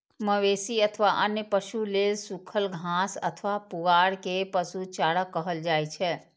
मवेशी अथवा अन्य पशु लेल सूखल घास अथवा पुआर कें पशु चारा कहल जाइ छै